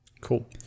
Cool